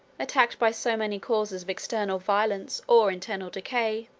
attacked by so many causes of external violence or internal decay,